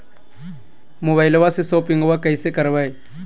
मोबाइलबा से शोपिंग्बा कैसे करबै?